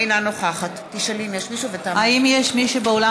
אינה נוכחת האם יש מישהו באולם,